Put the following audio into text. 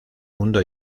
mundo